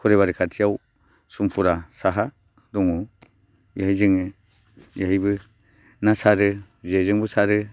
खरिबारि खाथियाव समफुरा साहा दङ एहाय जोङो एहायबो ना सारो जेजोंबो सारो